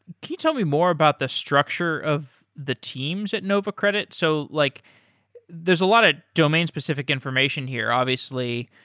can you tell me more about the structure of the teams at nova credit? so like there's a lot of domain-specific information here obviously,